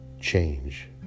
change